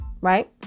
right